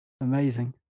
Amazing